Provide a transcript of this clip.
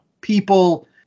people